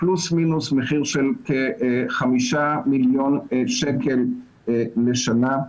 פלוס מינוס, מחיר של כ-5 מיליון שקל לשנה.